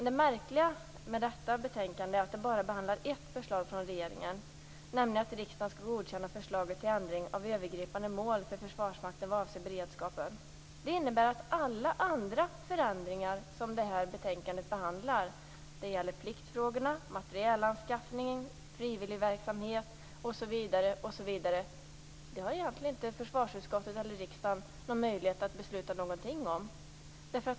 Det märkliga med detta betänkande är att det bara behandlar ett förslag från regeringen, nämligen att riksdagen skall godkänna förslaget till ändring av övergripande mål för Försvarsmakten vad avser beredskapen. Det innebär att alla andra förändringar som tas upp i betänkandet - pliktfrågorna, materielanskaffningen, frivilligverksamheten osv. - har försvarsutskottet och riksdagen egentligen inte någon möjlighet att besluta någonting om.